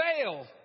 fail